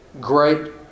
Great